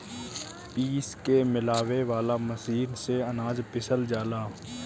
पीस के मिलावे वाला मशीन से अनाज पिसल जाला